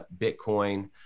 Bitcoin